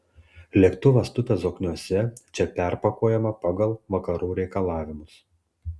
lėktuvas tupia zokniuose čia perpakuojama pagal vakarų reikalavimus